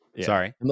sorry